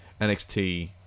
NXT